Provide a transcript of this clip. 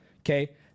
okay